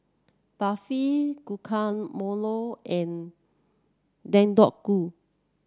Barfi Guacamole and Deodeok Gui